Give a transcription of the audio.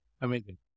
amazing